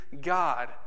God